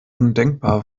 undenkbar